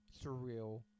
surreal